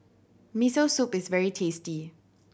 Miso Soup is very tasty